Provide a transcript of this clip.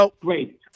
Great